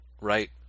right